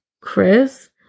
Chris